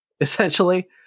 essentially